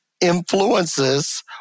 influences